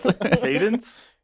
cadence